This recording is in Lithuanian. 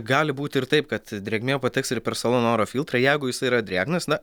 gali būti ir taip kad drėgmė pateks ir per salono oro filtrą jeigu jisai yra drėgnas na